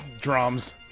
drums